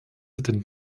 den